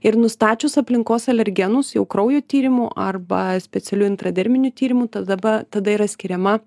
ir nustačius aplinkos alergenus jau kraujo tyrimu arba specialiu intraderminiu tyrimu tada ba tada yra skiriama